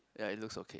ya it looks okay